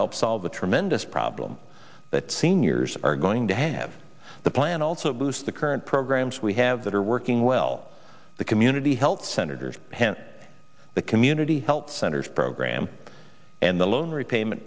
help solve the tremendous problem that seniors are going to have the plan also boost the current programs we have that are working well the community health centers pent the community health centers program and the loan repayment